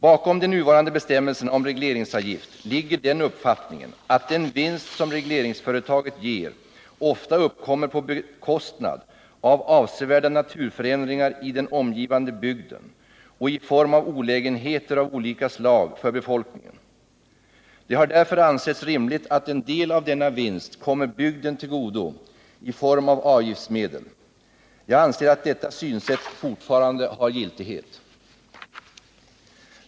Bakom de nuvarande bestämmelserna om regleringsavgift ligger den uppfattningen att den vinst som regleringsföretaget ger ofta uppkommer på bekostnad av avsevärda naturförändringar i den omgivande bygden och i form av olägenheter av olika slag för befolkningen. Det har därför ansetts rimligt att en del av denna vinst kommer bygden till godo i form av avgiftsmedel. Jag anser att detta synsätt fortfarande har giltighet.